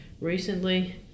recently